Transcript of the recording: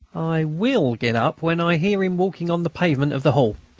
i will get up when i hear him walking on the pavement of the hall.